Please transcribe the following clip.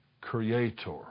Creator